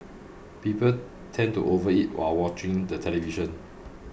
people tend to overeat while watching the television